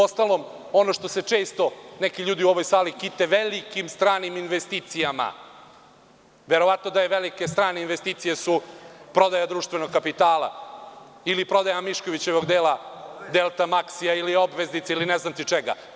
Uostalom, ono što se često neki ljudi u ovoj sali kite velikim stranim investicijama, verovatno da su velike strane investicije prodaja društvenog kapitala ili prodaja Miškovićevog dela „Delta Maksija“ ili obveznice ili ne znam ti čega.